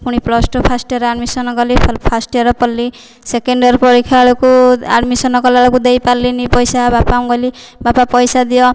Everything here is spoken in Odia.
plus two first year admission କଲି ଫାଷ୍ଟ ଇୟର ପଢ଼ିଲି ସେକେଣ୍ଡ ଇୟର ପରୀକ୍ଷା ବେଳକୁ ଆଡ଼ମିସନ କଲା ବେଳକୁ ଦେଇପାରିଲିନି ପଇସା ବାପାଙ୍କୁ କହିଲି ବାପା ପଇସା ଦିଅ